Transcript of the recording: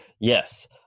yes